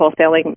wholesaling